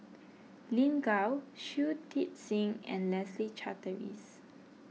Lin Gao Shui Tit Sing and Leslie Charteris